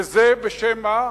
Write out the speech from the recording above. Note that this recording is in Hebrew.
וזה, בשם מה?